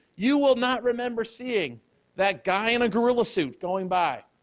you will not remember seeing that guy in a gorilla suit going by,